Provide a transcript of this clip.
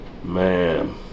Man